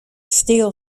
steel